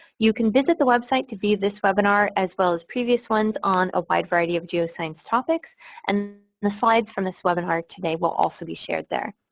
you can visit the website to view this webinar as well as previous ones on a wide variety of geoscience topics and the slides from this webinar today will also be shared there.